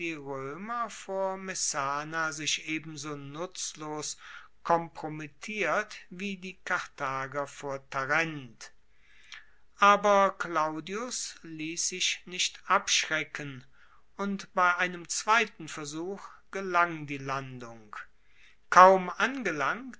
vor messana sich ebenso nutzlos kompromittiert wie die karthager vor tarent aber claudius liess sich nicht abschrecken und bei einem zweiten versuch gelang die landung kaum angelangt